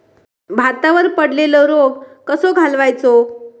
भातावर पडलेलो रोग कसो घालवायचो?